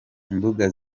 imbuga